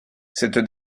cette